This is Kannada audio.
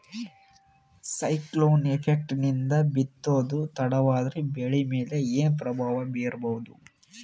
ಸೈಕ್ಲೋನ್ ಎಫೆಕ್ಟ್ ನಿಂದ ಬಿತ್ತೋದು ತಡವಾದರೂ ಬೆಳಿ ಮೇಲೆ ಏನು ಪ್ರಭಾವ ಬೀರಬಹುದು?